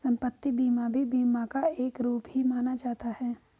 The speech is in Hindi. सम्पत्ति बीमा भी बीमा का एक रूप ही माना जाता है